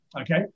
okay